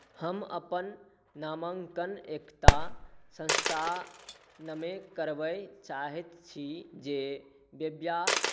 हम अपन नामाङ्कन एकटा संस्थानमे करबय चाहैत छी जे विज्ञान